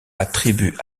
attribue